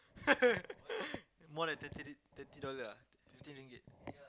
more than thirty ring~ thirty dollar ah fifteen ringgit